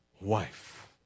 wife